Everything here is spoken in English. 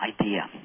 idea